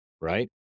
Right